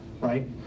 right